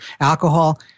alcohol